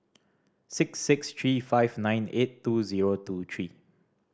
six six three five nine eight two zero two three